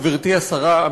גברתי השרה,